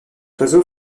oiseau